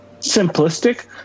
simplistic